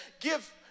give